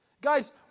Guys